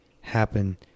happen